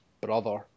brother